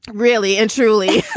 really and truly.